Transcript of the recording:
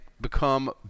become